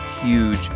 huge